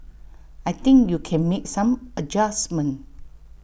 I think you can make some adjustments